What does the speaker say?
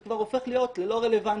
זה כבר הופך להיות ללא רלוונטי.